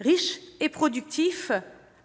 riche et productif